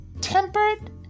tempered